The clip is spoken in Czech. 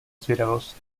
zvědavost